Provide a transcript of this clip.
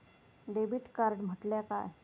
Debit card म्हटल्या काय?